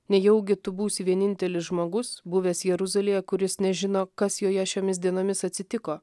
nejaugi tu būsi vienintelis žmogus buvęs jeruzalėje kuris nežino kas joje šiomis dienomis atsitiko